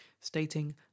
stating